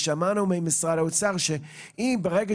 שמענו ממשרד האוצר שברגע